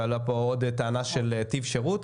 ועלתה פה עוד טענה של טיב שירות.